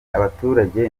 abaturage